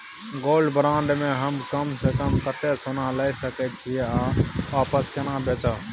Gold bond म हम कम स कम कत्ते सोना ल सके छिए आ वापस केना बेचब?